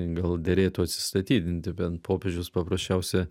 gal derėtų atsistatydinti bet popiežius paprasčiausia